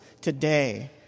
today